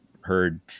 heard